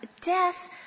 death